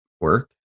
work